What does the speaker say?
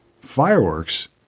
fireworks